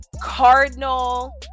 cardinal